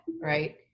right